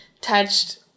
touched